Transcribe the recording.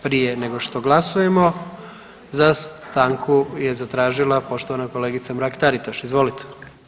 Prije nego što glasujemo stanku je zatražila poštovana kolegica Mrak-Taritaš, izvaolite.